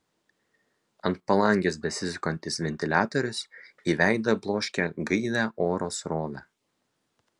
ant palangės besisukantis ventiliatorius į veidą bloškė gaivią oro srovę